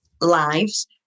lives